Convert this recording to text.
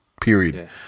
Period